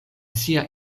sia